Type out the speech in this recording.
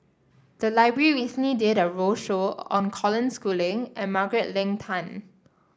the library recently did a roadshow on Colin Schooling and Margaret Leng Tan